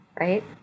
right